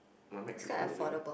my mic keeps moving